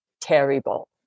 terrible